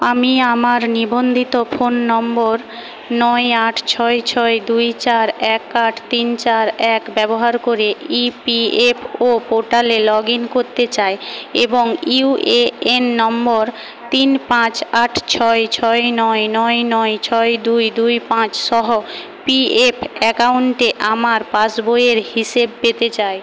আমি আমার নিবন্ধিত ফোন নম্বর নয় আট ছয় ছয় দুই চার এক আট তিন চার এক ব্যবহার করে ই পি এফ ও পোর্টালে লগ ইন করতে চাই এবং ইউ এ এন নম্বর তিন পাঁচ আট ছয় ছয় নয় নয় নয় ছয় দুই দুই পাঁচ সহ পি এফ অ্যাকাউন্টে আমার পাস বইয়ের হিসেব পেতে চাই